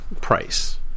price